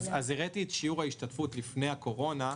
הראיתי את שיעור ההשתתפות לפני הקורונה,